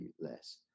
less